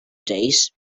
days